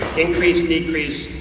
increase, decrease,